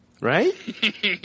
right